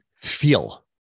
feel